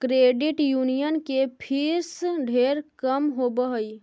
credit union के fees ढेर कम होब हई